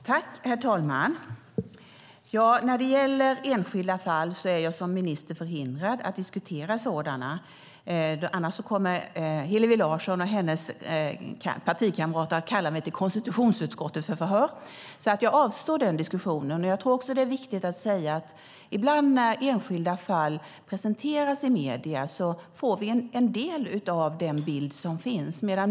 Herr talman! När det gäller enskilda fall är jag som minister förhindrad att diskutera sådana. Om jag gör det kommer Hillevi Larsson och hennes partikamrater att kalla mig till konstitutionsutskottet för förhör. Därför avstår jag från den diskussionen. Jag tror också att det är viktigt att säga att vi ibland när enskilda fall presenteras i medierna får en del av den bild som finns.